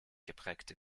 geprägte